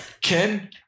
Ken